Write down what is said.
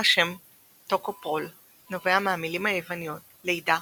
השם טוקופרול נובע מהמילים היווניות לידה